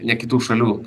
ne kitų šalių